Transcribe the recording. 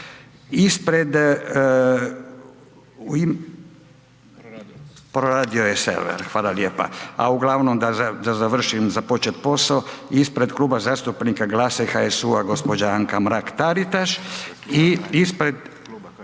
ispred Kluba zastupnika GLAS-a i HSU-a gđa. Anka Mrak-Taritaš